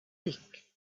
week